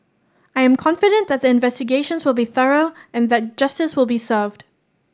I am confident that the investigations will be thorough and that justice will be served